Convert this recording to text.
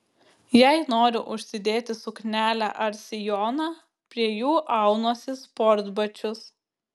jei noriu užsidėti suknelę ar sijoną prie jų aunuosi sportbačius